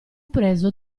preso